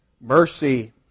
Mercy